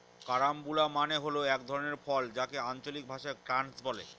carambola মানে হল এক ধরনের ফল যাকে আঞ্চলিক ভাষায় ক্রাঞ্চ বলে